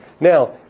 Now